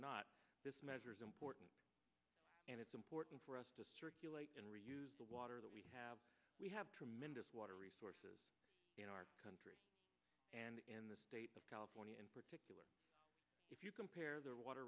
not this measure is important and it's important for us to circulate and reuse the water that we have we have tremendous water resources in our country and in the state of california in particular if you compare their water